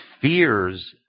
fears